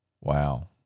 Wow